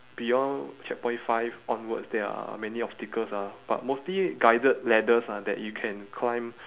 beyond checkpoint five onwards there are many obstacles ah but mostly guided ladders ah that you can climb